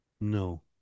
no